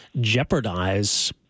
jeopardize